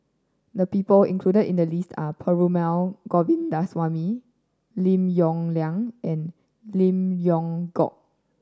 the people included in the list are Perumal Govindaswamy Lim Yong Liang and Lim Leong Geok